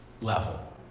level